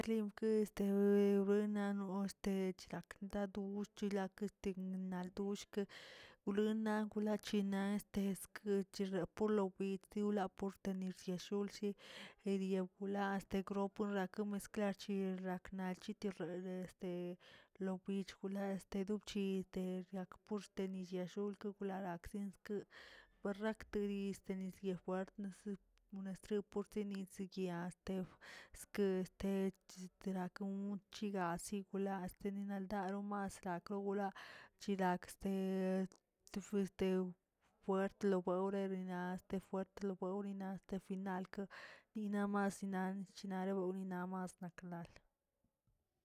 Rimke este rinano este chnakinda doxt rakin este naldoshk' glunna lachinano tesk rebapolu yistula portu riashulshi, gedia bula este ropura komist rachi rakna terrere este lokwich gula este lobchiter pur tenish lliallulkə larankzə skə, porrakteriz nisyee fuert wnersie porsietenis bia este, eske este sikeragun choya sigulas nilaldaro mas akrowola, chilakze tufute fuert' gol nina este teforte nori nawna este finalkə dina masina chnanori nimaslaklan.